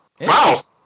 Wow